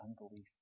unbelief